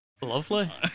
Lovely